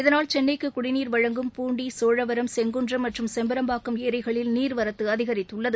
இதனால் சென்னைக்கு குடிநீர் வழங்கும் பூண்டி சோழவரம் செங்குன்றம் மற்றும் செம்பரம்பாக்கம் ஏரிகளில் நீர்வரத்து அதிகரித்துள்ளது